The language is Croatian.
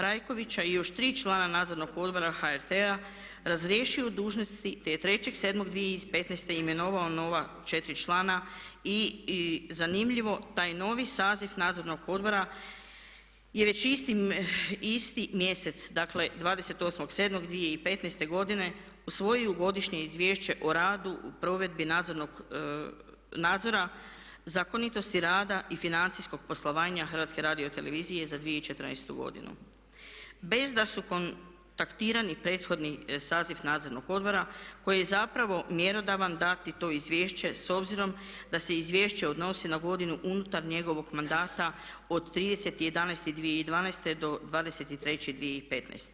Rajkovića i još tri člana Nadzornog odbora HRT-a razriješio dužnosti, te je 3.7.2015. imenovao nova četiri člana i zanimljivo taj novi saziv Nadzornog odbora je već isti mjesec, dakle 28.7.2015. godine usvojio Godišnje izvješće o radu i provedbi nadzora zakonitosti rada i financijskog poslovanja HRT-a za 2014. godinu bez da su kontaktirani prethodni saziv Nadzornog odbora koji je zapravo mjerodavan dati to izvješće s obzirom da se izvješće odnosi na godinu unutar njegovog mandata od 30.11.2012. do 20.3.2015.